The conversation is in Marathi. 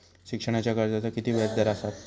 शिक्षणाच्या कर्जाचा किती व्याजदर असात?